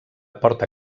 porta